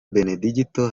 benedigito